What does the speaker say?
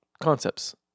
concepts